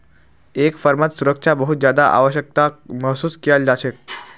एक फर्मत सुरक्षा बहुत ज्यादा आवश्यकताक महसूस कियाल जा छेक